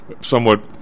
Somewhat